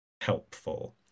helpful